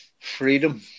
Freedom